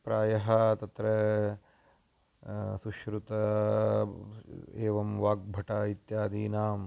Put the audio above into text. प्रायः तत्र सुश्रुतः एवं वाग्भटः इत्यादीनां